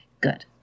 Good